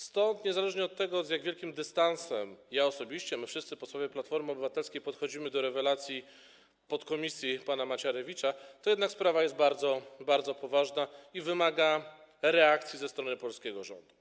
Stąd niezależnie od tego, z jak wielkim dystansem ja podchodzę, my wszyscy posłowie Platformy Obywatelskiej podchodzimy do rewelacji podkomisji pana Macierewicza, to jednak sprawa jest bardzo, bardzo poważna i wymaga reakcji ze strony polskiego rządu.